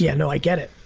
yeah no i get it.